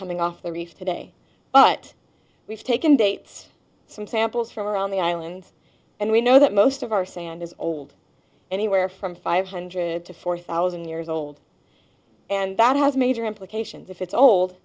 coming off the reef today but we've taken dates some samples from around the island and we know that most of our sand is old anywhere from five hundred to four thousand years old and that has major implications if it's old